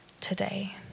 today